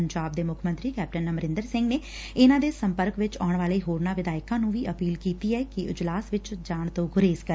ਪੰਜਾਬ ਦੇ ਮੁੱਖ ਮੰਤਰੀ ਕੈਪਟਨ ਅਮਰਿੰਦਰ ਸਿੰਘ ਨੇ ਇਨ੍ਹਾਂ ਦੇ ਸੰਪਰਕ ਵਿਚ ਆਉਣ ਵਾਲੇ ਹੋਰਨਾਂ ਵਿਧਾਇਕਾਂ ਨੂੰ ਵੀ ਅਪੀਲ ਕੀਤੀ ਕਿ ਉਹ ਅਜਲਾਸ ਵਿਚ ਜਾਣ ਤੋਂ ਗੁਰੇਜ਼ ਕਰਨ